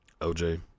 OJ